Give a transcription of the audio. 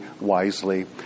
wisely